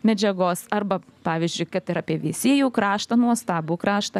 medžiagos arba pavyzdžiui kad ir apie veisiejų kraštą nuostabų kraštą